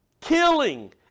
killing